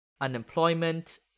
unemployment